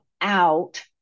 out